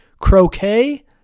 croquet